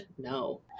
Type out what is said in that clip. no